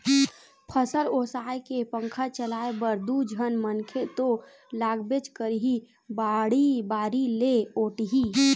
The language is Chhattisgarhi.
फसल ओसाए के पंखा चलाए बर दू झन मनखे तो लागबेच करही, बाड़ी बारी ले ओटही